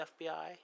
FBI